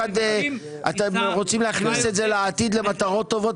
אתם רוצים להכניס את זה לעתיד למטרות טובות,